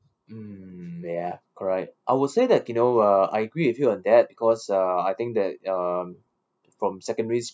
um y correct I would say that you know uh I agree with you on that because uh I think that um from secondary